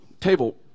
table